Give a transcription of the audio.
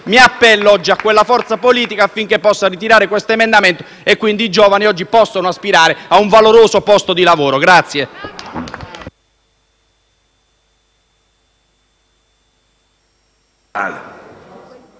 Mi appello pertanto a quella forza politica affinché possa ritirare questo emendamento e quindi i giovani oggi possano aspirare a un valoroso posto di lavoro.